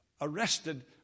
arrested